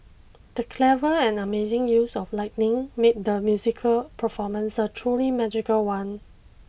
the clever and amazing use of lightning made the musical performance a truly magical one